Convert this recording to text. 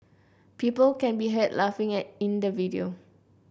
people can be heard laughing at in the video